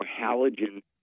halogen